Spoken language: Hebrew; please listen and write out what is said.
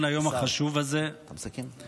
היום בוועדות במסגרת ציון היום החשוב הזה: תיקון